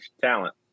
talent